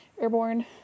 Airborne